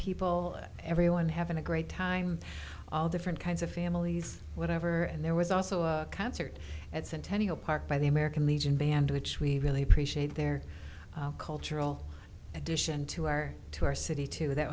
people everyone having a great time all different kinds of families whatever and there was also a concert at centennial park by the american legion band which we really appreciate their cultural addition to our to our city